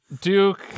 Duke